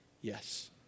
yes